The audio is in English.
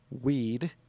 weed